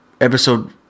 episode